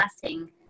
blessing